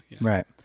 right